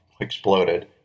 exploded